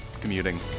commuting